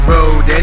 Road